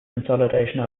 consolidation